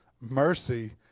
Mercy